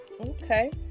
Okay